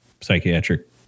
psychiatric